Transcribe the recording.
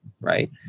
Right